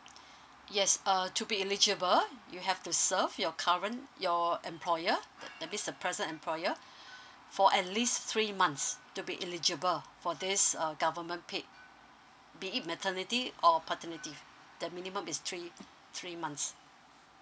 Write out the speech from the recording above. yes err to be eligible you have to serve your current your employer that's mean the present employer for at least three months to be eligible for this err government paid be it maternity or paternity the minimum is three three months